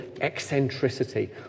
Eccentricity